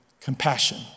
compassion